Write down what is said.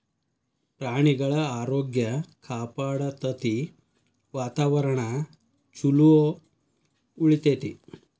ಪ್ರಾಣಿಗಳ ಆರೋಗ್ಯ ಕಾಪಾಡತತಿ, ವಾತಾವರಣಾ ಚುಲೊ ಉಳಿತೆತಿ